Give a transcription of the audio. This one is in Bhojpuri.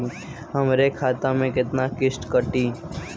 हमरे खाता से कितना किस्त कटी?